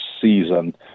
season